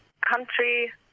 country